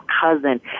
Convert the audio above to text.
cousin